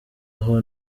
aho